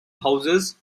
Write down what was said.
houses